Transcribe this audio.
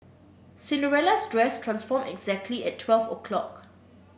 Cinderella's dress transformed exactly at twelve o'clock